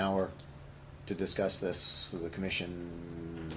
hour to discuss this with the commission